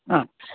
आम्